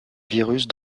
virus